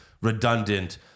redundant